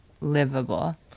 livable